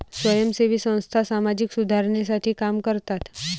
स्वयंसेवी संस्था सामाजिक सुधारणेसाठी काम करतात